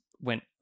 went